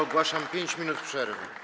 Ogłaszam 5 minut przerwy.